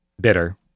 bitter